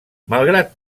malgrat